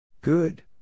Good